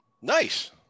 nice